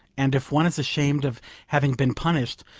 and if one is ashamed of having been punished,